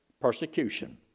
persecution